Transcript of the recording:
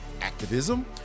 activism